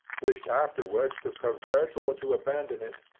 wished afterwards to pervert or to abandon it.